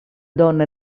donna